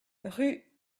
rue